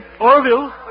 Orville